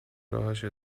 راهش